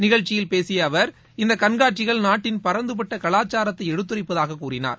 நிகழ்ச்சியில் பேசிய அவர் இந்த கண்காட்சிகள் நாட்டின் பரந்த கலாச்சாரத்தை எடுத்துரைப்பதாக கூறினார்